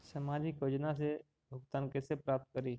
सामाजिक योजना से भुगतान कैसे प्राप्त करी?